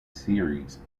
series